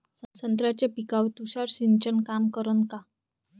संत्र्याच्या पिकावर तुषार सिंचन काम करन का?